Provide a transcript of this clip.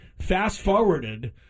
fast-forwarded